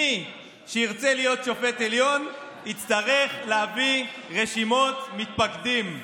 מי שירצה להיות שופט עליון יצטרך להביא רשימות מתפקדים,